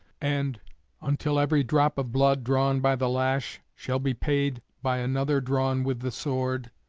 and until every drop of blood drawn by the lash shall be paid by another drawn with the sword,